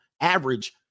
average